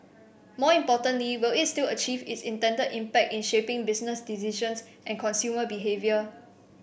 more importantly will it still achieve its intended impact in shaping business decisions and consumer behaviour